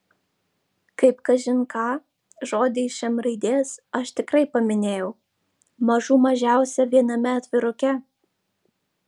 kaip kažin ką žodį iš m raidės aš tikrai paminėjau mažų mažiausiai viename atviruke